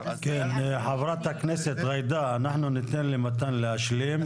חברת הכנסת ג'ידא, אנחנו ניתן למתן להשלים.